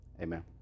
Amen